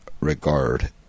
regard